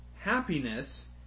happiness